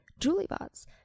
JulieBots